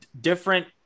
different